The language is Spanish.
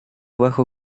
bajo